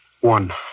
One